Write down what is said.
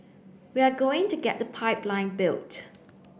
we are going to get the pipeline built